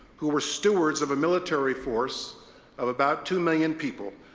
who were stewards of a military force of about two million people,